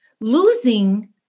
Losing